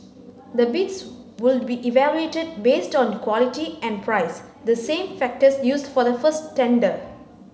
the bids would be evaluated based on quality and price the same factors used for the first tender